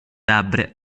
labbra